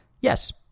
yes